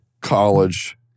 College